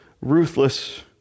ruthless